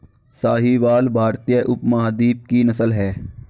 साहीवाल भारतीय उपमहाद्वीप की नस्ल है